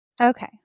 Okay